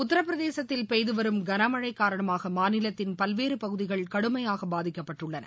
உத்தரப்பிரதேசத்தில் பெய்துவரும் களமழை காரணமாக மாநிலத்தின் பல்வேறு பகுதிகள் கடுமையாக பாதிக்கப்பட்டுள்ளன